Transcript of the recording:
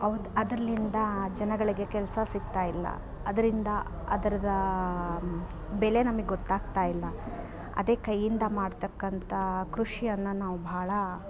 ಅವ್ದ್ ಅದ್ರ್ಲಿಂದ ಜನಗಳಿಗೆ ಕೆಲ್ಸ ಸಿಕ್ತಾಯಿಲ್ಲ ಅದರಿಂದ ಅದ್ರದ್ದು ಬೆಲೆ ನಮಗೆ ಗೊತ್ತಾಗ್ತಾ ಇಲ್ಲ ಅದೇ ಕೈಯಿಂದ ಮಾಡ್ತಕ್ಕಂಥ ಕೃಷಿಯನ್ನ ನಾವು ಭಾಳ